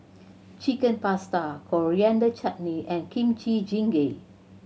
Chicken Pasta Coriander Chutney and Kimchi Jjigae